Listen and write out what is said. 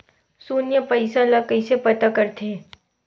शून्य पईसा ला कइसे पता करथे?